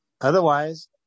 Otherwise